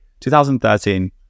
2013